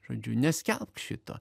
žodžiu neskelbk šito